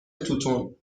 توتون